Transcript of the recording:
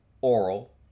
oral